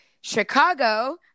Chicago